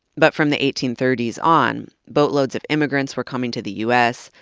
but from the eighteen thirty s on, boatloads of immigrants were coming to the u s,